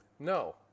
No